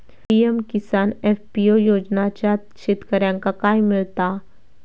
PM Kisan FPO योजनाच्यात शेतकऱ्यांका काय मिळता?